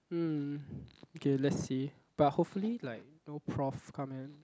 hmm okay let's see but hopefully like no prof come and